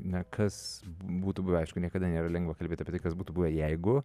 na kas būtų buvę aišku niekada nėra lengva kalbėt apie tai kas būtų buvę jeigu